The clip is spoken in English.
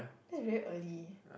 that's very early